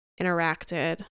interacted